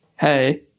Hey